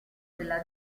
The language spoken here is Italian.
della